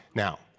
now,